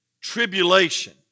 tribulation